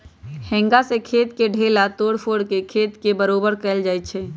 हेंगा से खेत के ढेला तोड़ तोड़ के खेत के बरोबर कएल जाए छै